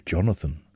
Jonathan